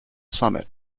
summit